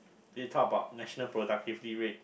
they talk about national productivity rate